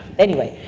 anyway,